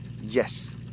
Yes